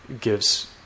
gives